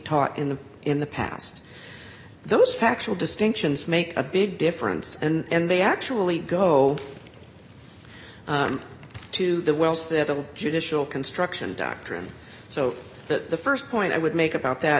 taught in the in the past those factual distinctions make a big difference and they actually go to the wells at the judicial construction doctrine so that the st point i would make about that